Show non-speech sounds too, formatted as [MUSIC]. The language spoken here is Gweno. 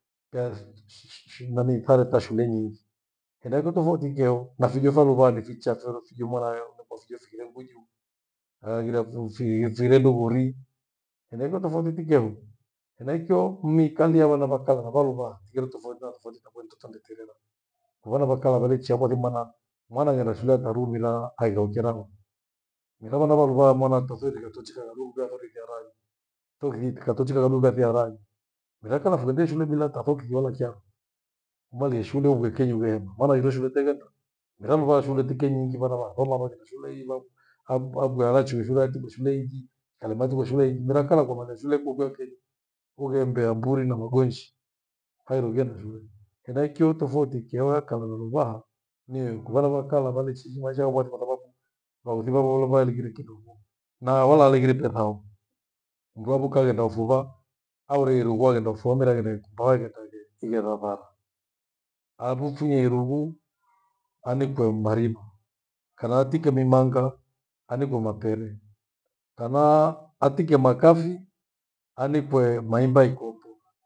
Teazi [NOISE] na nithaareta shule nyingi. Henachio tofauti ikeho na fijo vya luva ni vichaa flolo fijo mwanayoo mpaka ufike fikile nguju hayaghire fufii fire ndughuri. Henaicho tofauti tikeho, henaicho miikalie ya wana vakala na valuvaha ighire tofauti na tofauti tavo nitendetireraha. Vana vakala valechia kwali maana, mwana aghenda shule akarurwi na aitho kera hu. Mira vana valuvaa mwana tothiri nikatunjika na ruvea harike rano. Toki tukatochika kadu kathiaraanyi. Mira hachio na fughede shule bila hata soksi wala kyaru. Umalie shule uwe kenyi uhema, maana hindo shule teghenda mera luvaha shule tikenyingi vana vasoma vaghenda hii ilo. Ham- hamgwia rachi ye shule hati yeshule ingi. Kalimati washule ingi mera kana kwamalia shule kwekwe ughembea mburi na maghonji hairo ughenda shule. Henaicho tofauti ikyawaka luvaha ni wei huku vana va kala valechi hi maisha yaghwa kwathababu vaghothi vavo valeghire kindovo na wala wahaleghire petha oh! Mndu avuka aghenda ufuva aure irughe aghende fua mbele haigheredi mbae wakenda ghe ighenda thala. Hafu funye irughu anikwe mariva kana atike mimanga anikwe mapere, kamaa atike makafi anikwee maimba ikopo